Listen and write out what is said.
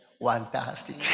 Fantastic